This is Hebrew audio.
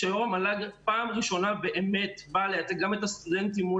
פעם ראשונה בא לייצג גם את הסטודנטים מול